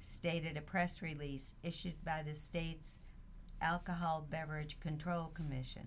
stated a press release issued by the state's alcohol beverage control commission